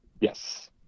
Yes